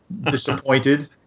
disappointed